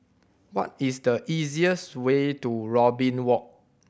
what is the easiest way to Robin Walk